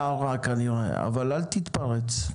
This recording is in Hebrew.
רשות דיבור אל תתפרץ.